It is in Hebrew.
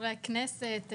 חברי הכנסת,